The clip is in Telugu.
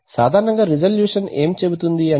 సాధారణంగా రిజల్యూషన్ ఏమి చెబుతుంది అంటే